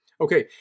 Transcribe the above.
Okay